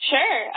Sure